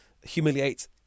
humiliate